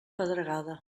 pedregada